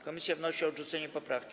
Komisja wnosi o odrzucenie tej poprawki.